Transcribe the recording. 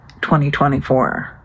2024